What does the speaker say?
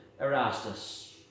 Erastus